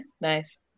Nice